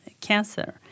cancer